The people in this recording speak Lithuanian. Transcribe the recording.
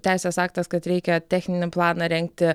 teisės aktas kad reikia techninį planą rengti